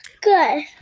Good